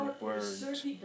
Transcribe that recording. words